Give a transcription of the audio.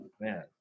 man